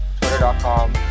Twitter.com